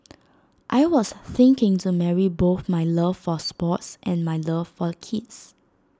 I was thinking to marry both my love for sports and my love for the kids